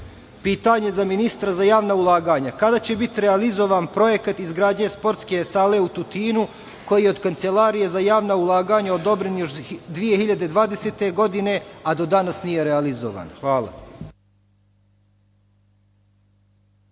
za ministra za javna ulaganja – kada će biti realizovan projekat izgradnje sportske sale u Tutinu, koji je od Kancelarije za javna ulaganja odobren još 2020. godine a do danas nije realizovan? Hvala.